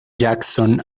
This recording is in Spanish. jackson